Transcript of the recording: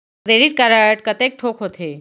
Credit card कतेक ठोक होथे?